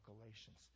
Galatians